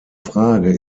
frage